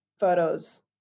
photos